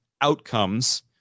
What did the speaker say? outcomes